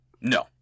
No